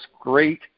great